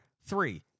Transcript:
three